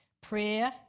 prayer